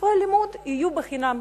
שספרי הלימוד יהיו חינם.